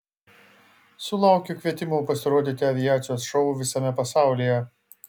sulaukiu kvietimų pasirodyti aviacijos šou visame pasaulyje